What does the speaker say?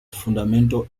fundamental